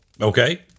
Okay